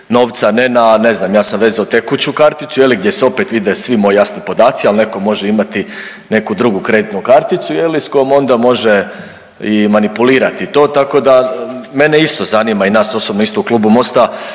ne na, ne znam, ja sam vezao tekuću karticu, gdje se opet vide svi moji jasni podaci, ali netko može imati neku drugu kreditnu karticu, je li, s kojom onda može i manipulirati to, tako da mene isto zanima i nas osobno isto u Klubu Mosta